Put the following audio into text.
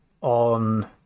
on